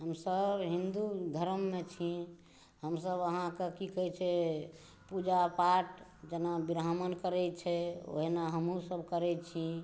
हमसभ हिन्दु धर्ममे छी हमसभ अहाँके की कहै छै पूजा पाठ जेना ब्राम्हण करै छै ओहिना हमहुँ सभ करै छी